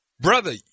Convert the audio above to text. brother